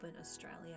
Australia